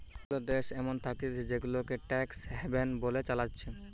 অনেগুলা দেশ এমন থাকতিছে জেগুলাকে ট্যাক্স হ্যাভেন বলে চালাচ্ছে